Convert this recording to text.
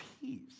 peace